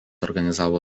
organizavo